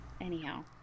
Anyhow